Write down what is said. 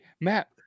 Matt